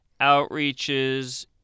outreaches